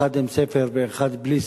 ואחד עם ספר ואחד בלי ספר.